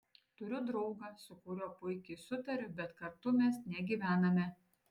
turiu draugą su kuriuo puikiai sutariu bet kartu mes negyvename